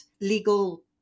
legal